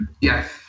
Yes